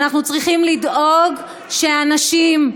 ואנחנו צריכים לדאוג שאנשים,